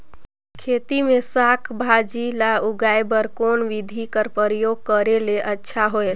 खेती मे साक भाजी ल उगाय बर कोन बिधी कर प्रयोग करले अच्छा होयल?